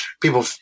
people